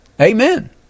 Amen